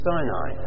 Sinai